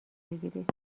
بگیرید